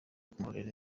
kumukorera